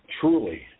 truly